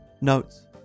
Notes